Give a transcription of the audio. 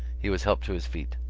he was helped to his feet.